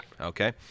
Okay